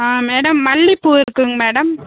ஆ madam மல்லிப்பூ இருக்குங்க madam